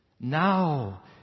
Now